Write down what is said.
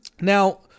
now